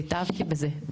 והתאהבתי בזה,